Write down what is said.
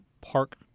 park